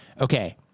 okay